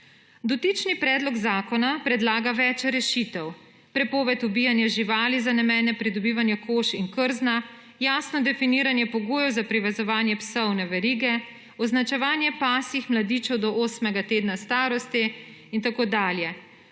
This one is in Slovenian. Dotični predlog zakona predlaga več rešitev: prepoved ubijanja živali za namene pridobivanja kož in krzna, jasno definiranje pogojev za privezovanje psov na verige, označevanje pasjih mladičev do osmega tedna starosti in tako dalje.